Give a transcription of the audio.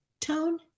tone